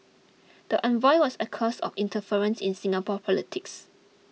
the envoy was accused of interference in Singapore politics